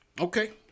Okay